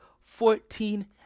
fourteen